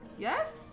Yes